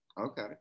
okay